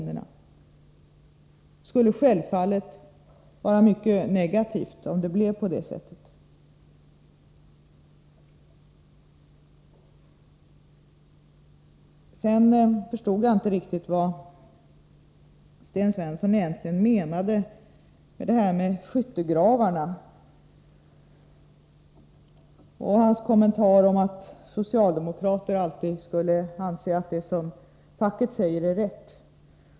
Det skulle självfallet vara mycket negativt om det blev på det sättet. Sedan förstod jag inte riktigt vad Sten Svensson egentligen menade när han talade om skyttegravar. Inte heller förstod jag hans kommentar att socialdemokraterna alltid skulle anse att det som facket säger är rätt.